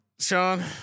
Sean